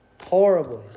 horribly